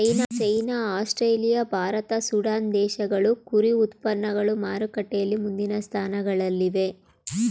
China Australia ಭಾರತ Sudan ದೇಶಗಳು ಕುರಿ ಉತ್ಪನ್ನಗಳು ಮಾರುಕಟ್ಟೆಯಲ್ಲಿ ಮುಂದಿನ ಸ್ಥಾನಗಳಲ್ಲಿವೆ